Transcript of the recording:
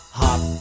hop